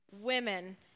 women